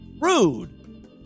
rude